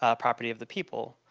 ah property of the people.